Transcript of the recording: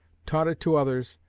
taught it to others,